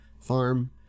Farm